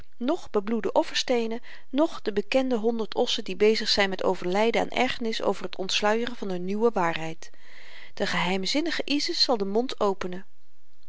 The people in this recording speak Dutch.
noch bebloede offersteenen noch de bekende honderd ossen die bezig zyn met overlyden aan ergernis over t ontsluieren van n nieuwe waarheid de geheimzinnige isis zal de mond openen